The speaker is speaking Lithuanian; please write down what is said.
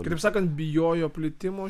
kitaip sakant bijojo plitimo